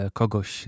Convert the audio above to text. kogoś